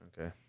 Okay